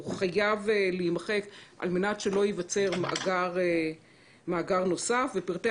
הוא חייב להימחק על מנת שלא ייווצר מאגר נוסף ופרטי